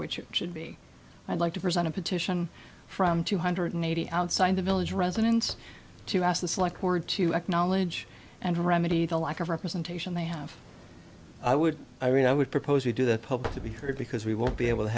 which it should be i'd like to present a petition from two hundred eighty outside the village residents to ask this like or to acknowledge and to remedy the lack of representation they have i would i mean i would propose we do the public to be heard because we won't be able to